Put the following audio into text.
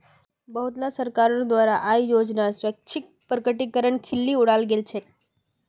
बहुतला सरकारोंर द्वारा आय योजनार स्वैच्छिक प्रकटीकरनेर खिल्ली उडाल गेल छे